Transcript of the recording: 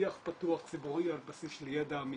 שיח פתוח ציבורי על בסיס של ידע אמיתי,